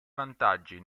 vantaggi